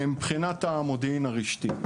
מבחינת המודיעין הרשתי: